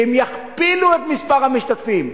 כי הם יכפילו את מספר המשתתפים.